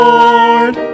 Lord